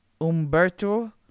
Umberto